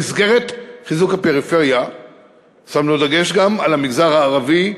במסגרת חיזוק הפריפריה שמנו דגש גם במגזר הערבי,